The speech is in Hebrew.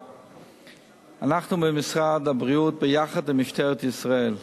אנחנו במשרד הבריאות, ביחד עם משטרת ישראל,